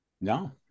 no